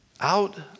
out